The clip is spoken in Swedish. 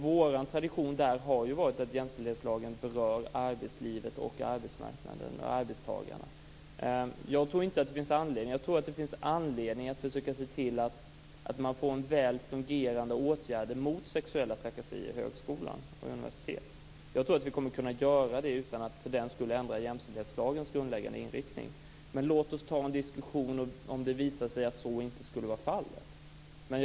Vår tradition har där varit att jämställdhetslagen berör arbetslivet, arbetsmarknaden och arbetstagarna. Det finns anledning att försöka se till att man får väl fungerande åtgärder mot sexuella trakasserier i högskolan och på universitet. Jag tror att vi kommer att kunna göra det utan att för den skull ändra i jämställdhetslagens grundläggande inriktning. Låt oss ta en diskussion om det visar sig att så inte skulle vara fallet.